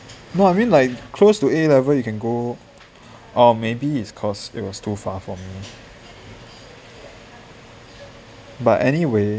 no I mean like close to A level you can go or maybe it's cause it was too far for me but anyway